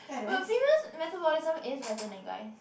but female's metabolism is better than guy's